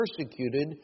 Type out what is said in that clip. persecuted